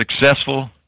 successful